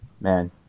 man